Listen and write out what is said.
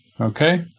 Okay